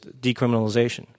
decriminalization